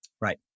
Right